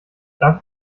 darf